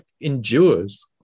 endures